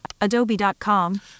Adobe.com